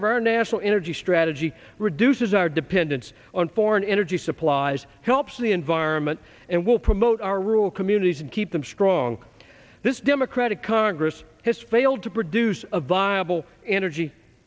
of our national energy strategy reduces our dependence on foreign energy supplies helps the environment and will promote our rule communities and keep them strong this democratic congress has failed to produce a viable energy